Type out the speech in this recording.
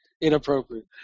inappropriate